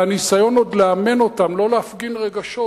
והניסיון לאמן אותם לא להפגין רגשות